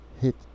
hit